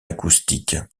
acoustique